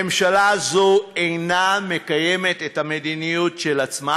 ממשלה זו אינה מקיימת את המדיניות של עצמה.